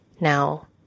Now